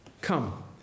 Come